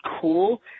cool